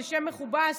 זה שם מכובס,